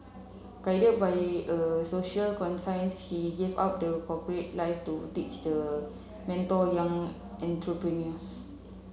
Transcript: guided by a social conscience he gave up the corporate life to teach the mentor young entrepreneurs